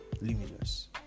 limitless